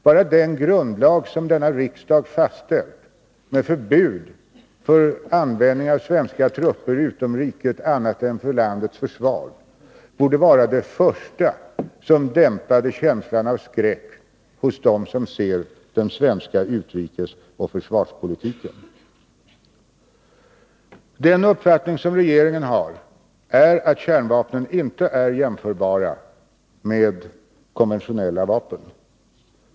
Bara den grundlag som denna riksdag fastställt, med förbud mot användning av svenska trupper utom riket annat än för landets försvar, borde vara det första som dämpade Nr 31 känslan av skräck hos dem som ser på den svenska utrikesoch försvarspo Måndagen den litiken. 22 november 1982 Den uppfattning som regeringen har är att kärnvapnen inte är jämförbara med konventionella vapen.